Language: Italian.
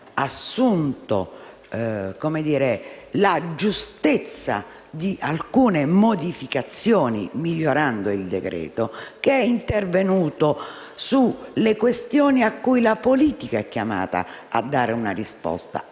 condiviso la giustezza di alcune modificazioni, migliorando il decreto-legge, che è intervenuto su questioni cui la politica è chiamata a dare una risposta e